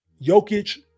Jokic